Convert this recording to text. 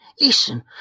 Listen